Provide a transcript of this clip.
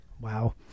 Wow